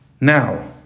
Now